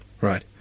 Right